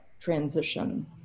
transition